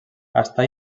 està